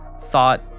thought